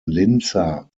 linzer